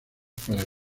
para